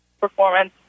performance